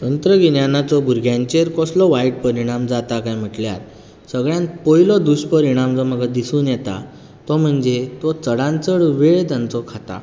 तंत्रगिन्यानाचो भुरग्यांचेर कसलो वायट परीणाम जाता कांय म्हटल्यार सगळ्यांत पयलो जो दुश्परीणाम जो म्हाका दिसून येता तो म्हणजे तो चडांत चड वेळ तांचो खाता